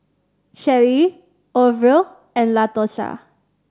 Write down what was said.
Shelly Orvil and Latosha